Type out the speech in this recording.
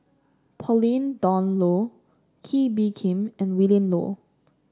Pauline Dawn Loh Kee Bee Khim and Willin Low